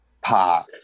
Park